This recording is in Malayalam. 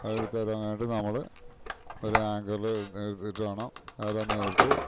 അത് എടുത്ത് കഴിഞ്ഞിട്ട് നമ്മള് ഒരാങ്കറില് എടുത്തിട്ട് വേണം അതെല്ലാം നിവർത്തി